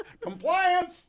Compliance